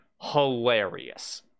hilarious